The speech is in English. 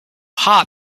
heart